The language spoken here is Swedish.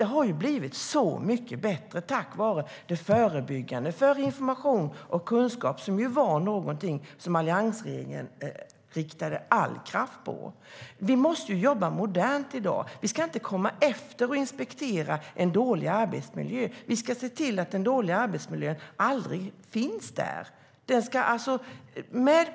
Det har blivit så mycket bättre tack vare det förebyggande arbetet för information och kunskap, som alliansregeringen riktade all kraft på. Vi måste jobba modernt i dag. Vi ska inte komma efteråt och inspektera en dålig arbetsmiljö. Vi ska se till att den dåliga arbetsmiljön aldrig uppstår.